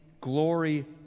glory